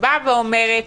שבאה ואומרת